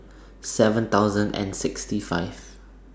seven thousand and sixty five